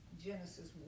genesis